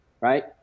right